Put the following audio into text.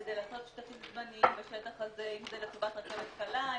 כדי לעשות שטחים זמניים בשטח הזה - אם זה לטובת הרכבת הקלה,